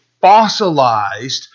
fossilized